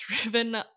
driven